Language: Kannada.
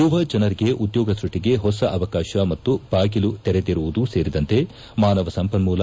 ಯುವಜನರಿಗೆ ಉದ್ಯೋಗ ಸೃಷ್ಟಿಗೆ ಹೊಸ ಅವಕಾಶ ಮತ್ತು ಬಾಗಿಲು ತೆರೆದಿರುವುದೂ ಸೇರಿದಂತೆ ಮಾನವ ಸಂಪನ್ಮೂಲ